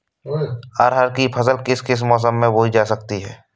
अरहर की फसल किस किस मौसम में बोई जा सकती है?